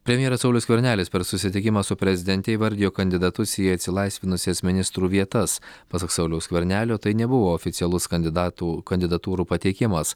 premjeras saulius skvernelis per susitikimą su prezidente įvardijo kandidatus į atsilaisvinusias ministrų vietas pasak sauliaus skvernelio tai nebuvo oficialus kandidatų kandidatūrų pateikimas